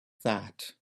that